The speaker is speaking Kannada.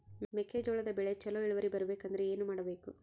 ಮೆಕ್ಕೆಜೋಳದ ಬೆಳೆ ಚೊಲೊ ಇಳುವರಿ ಬರಬೇಕಂದ್ರೆ ಏನು ಮಾಡಬೇಕು?